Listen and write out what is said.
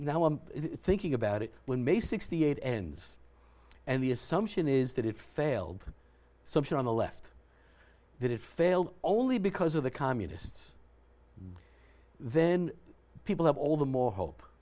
now i'm thinking about it when may sixty eight ends and the assumption is that it failed something on the left that it failed only because of the communists then people have all the more hope